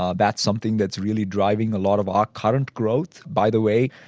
ah that's something that's really driving a lot of our current growth, by the way.